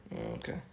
Okay